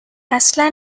اصلا